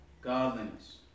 Godliness